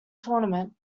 tournament